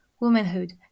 womanhood